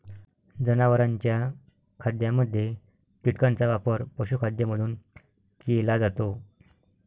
जनावरांच्या खाद्यामध्ये कीटकांचा वापर पशुखाद्य म्हणून केला जातो